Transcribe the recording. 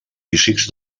físics